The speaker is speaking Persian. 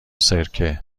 سرکه